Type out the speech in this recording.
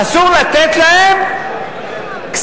אסור לתת להם כספים,